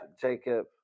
Jacob